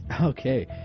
Okay